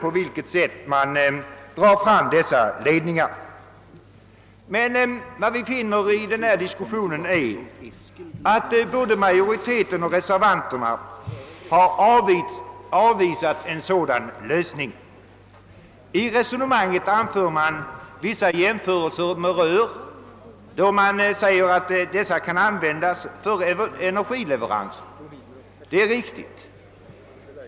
I diskussionen har emellertid framgått, att såväl utskottsmajoriteten som reservanterna har avvisat en sådan lösning. I resonemanget gör man jämförelser mellan kablar och rör och säger, att de senare kan användas för energileverans. Detta är riktigt.